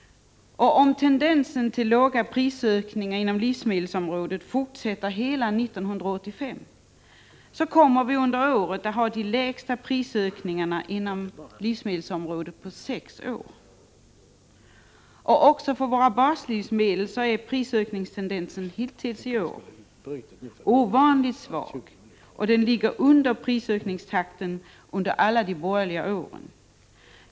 Om tendensen till låga prisökningar inom livsmedelsområdet fortsätter hela 1985, kommer vi under året att ha de lägsta prisökningarna inom livsmedelsområdet på sex år. Också för våra baslivsmedel är prisökningstendensen hittills i år ovanligt svag, och den ligger under den prisökningstakt som man hade under alla de borgerliga åren.